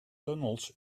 tunnels